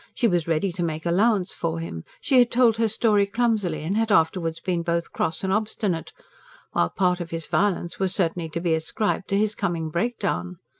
she was ready to make allowance for him she had told her story clumsily, and had afterwards been both cross and obstinate while part of his violence was certainly to be ascribed to his coming breakdown.